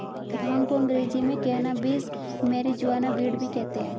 भांग को अंग्रेज़ी में कैनाबीस, मैरिजुआना, वीड भी कहते हैं